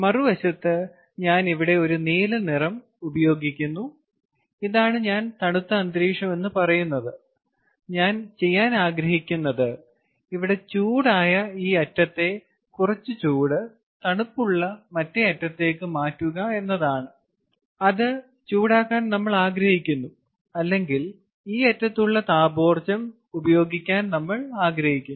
മറുവശത്ത് ഞാൻ ഇവിടെ ഒരു നീല നിറം ഉപയോഗിക്കുന്നു ഇതാണ് ഞാൻ തണുത്ത അന്തരീക്ഷം എന്ന് പറയുന്നത് ഞാൻ ചെയ്യാൻ ആഗ്രഹിക്കുന്നത് ഇവിടെ ചൂടായ ഈ അറ്റത്തെ കുറച്ച് ചൂട് തണുപ്പുള്ള മറ്റേ അറ്റത്തേക്ക് മാറ്റുക എന്നതാണ് അത് ചൂടാക്കാൻ നമ്മൾ ആഗ്രഹിക്കുന്നു അല്ലെങ്കിൽ ഈ അറ്റത്തുള്ള താപോർജ്ജം ഉപയോഗിക്കാൻ നമ്മൾ ആഗ്രഹിക്കുന്നു